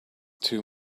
too